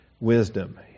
wisdom